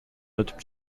өтүп